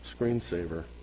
screensaver